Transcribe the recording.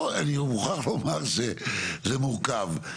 פה אני מוכרח לומר שזה מורכב.